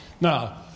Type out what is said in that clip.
Now